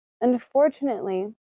Unfortunately